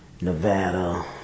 Nevada